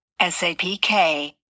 SAPK